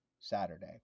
Saturday